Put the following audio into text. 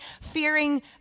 fearing